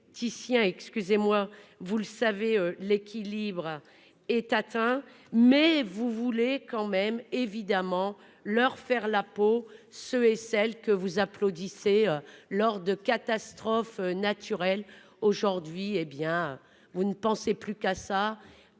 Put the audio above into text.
Ticia excusez-moi, vous le savez, l'équilibre est atteint mais vous voulez quand même évidemment leur faire la peau. Ceux et celles que vous applaudissez lors de catastrophes naturelles. Aujourd'hui, hé bien vous ne pensez plus qu'à ça